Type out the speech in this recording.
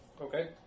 Okay